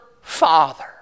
Father